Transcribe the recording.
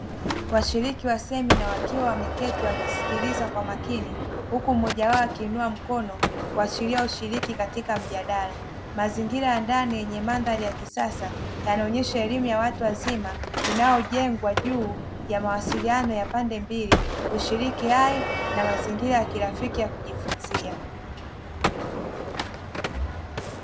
Washiriki wa semina wakiwa wameketi wakisikiliza kwa makini huku mmoja wao akiinua mkono kuashiria ushiriki katika mjadala. Mazingira ya ndani yenye mandhari ya kisasa yanaonyesha elimu ya watu wazima inayojengwa juu ya mawasiliano ya pande mbili, ushiriki hai na mazingira rafiki ya kujifunzia.